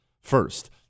First